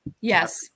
Yes